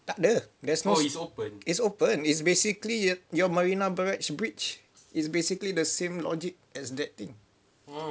takde there's no is open is basically your marina barrage bridge is basically the same logic as that thing